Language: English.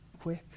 quick